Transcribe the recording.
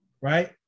right